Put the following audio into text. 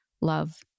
love